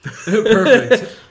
Perfect